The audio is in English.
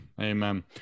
Amen